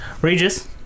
Regis